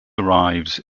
arrives